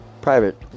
private